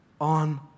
on